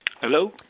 Hello